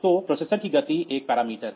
तो प्रोसेसर की गति एक पैरामीटर है